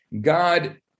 God